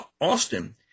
Austin